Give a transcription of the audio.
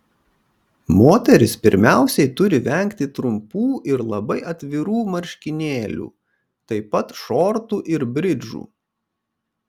moterys pirmiausiai turi vengti trumpų ir labai atvirų marškinėlių taip pat šortų ir bridžų